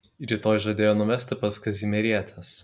rytoj žadėjo nuvesti pas kazimierietes